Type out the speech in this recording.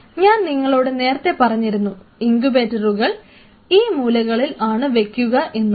ഞാൻ നിങ്ങളോട് നേരത്തെ പറഞ്ഞിരുന്നു ഇങ്കുബേറ്ററുകൾ ഈ മൂലകളിൽ ആണ് വയ്ക്കുക എന്നത്